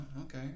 okay